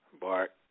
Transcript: Bart